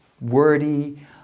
wordy